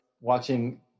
watching